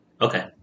Okay